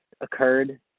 occurred